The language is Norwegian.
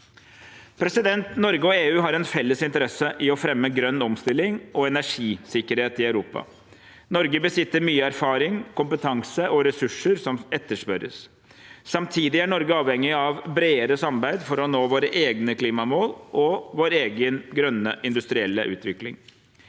EØS-land. Norge og EU har en felles interesse i å fremme grønn omstilling og energisikkerhet i Europa. Norge besitter mye erfaring, kompetanse og ressurser som etterspørres. Samtidig er Norge avhengig av bredere samarbeid for å nå våre egne klimamål og vår egen grønne industrielle utvikling.